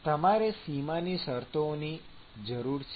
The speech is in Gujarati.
તમારે સીમાની શરતોની જરૂર છે